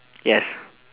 yes